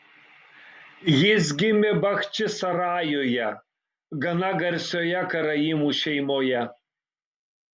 jis gimė bachčisarajuje gana garsioje karaimų šeimoje